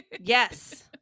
Yes